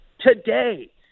today